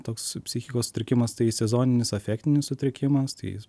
toks psichikos sutrikimas tai sezoninis afektinis sutrikimas tai jis